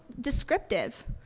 descriptive